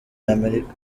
y’amerika